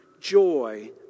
joy